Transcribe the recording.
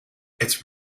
its